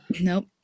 nope